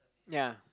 ya